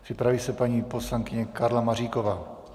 Připraví se paní poslankyně Karla Maříková.